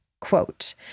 Quote